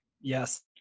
Yes